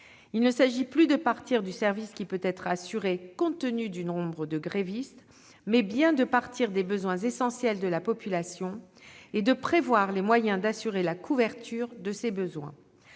Il s'agit non plus de partir du service qui peut être assuré compte tenu du nombre de grévistes, mais bien de partir des besoins essentiels de la population et de prévoir les moyens d'assurer la couverture de ces besoins.